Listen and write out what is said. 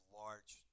large